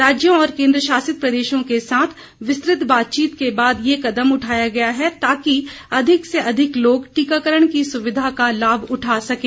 राज्यों और केंद्रशासित प्रदेशों के साथ विस्तृत बातचीत के बाद यह कदम उठाया गया है ताकि अधिक से अधिक लोग टीकाकरण की सुविधा का लाभ उठा सकें